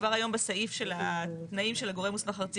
כבר היום בסעיף של התנאים של הגורם מוסמך ארצי